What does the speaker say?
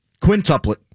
Quintuplet